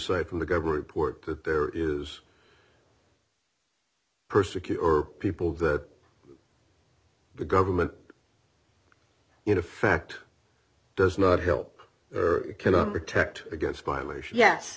cited from the government port that there is persecute or people that the government in effect does not help cannot protect against violation yes